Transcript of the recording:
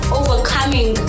overcoming